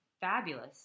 fabulous